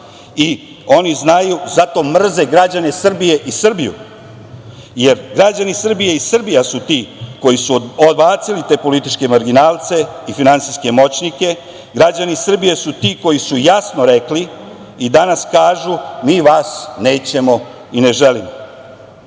i oni znaju zato mrze građane Srbije i Srbiju, jer građani Srbije i Srbija su ti koji su odbacili te političke marginalce i finansijske moćnike. Građani Srbije su ti koji su jasno rekli i danas kažu - mi vas nećemo i ne želimo,